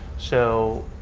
so,